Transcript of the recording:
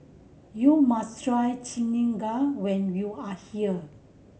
you must try when you are here